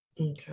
Okay